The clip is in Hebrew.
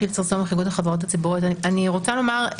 אני רוצה לומר,